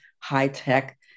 high-tech